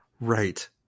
right